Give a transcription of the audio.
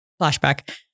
flashback